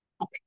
Okay